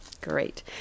Great